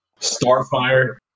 Starfire